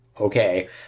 okay